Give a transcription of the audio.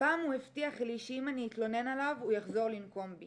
פעם הוא הבטיח לי שאם אני אתלונן עליו הוא יחזור לנקום בי,